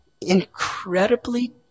Incredibly